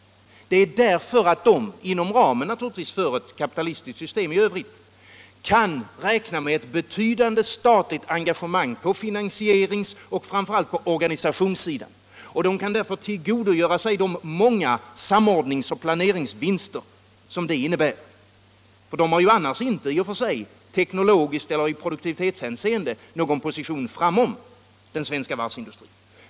Det är därför att de — inom ramen för ett kapitalistiskt system i övrigt — kan räkna med ett betydande statligt engagemang på finansieringsoch framför allt på organisationssidan. Man kan därför tillgodogöra sig många samordningsoch planeringsvinster. Japanerna har ju annars inte i och för sig teknologiskt eller produktivitetsmässigt någon position framför den svenska varvsindustrin.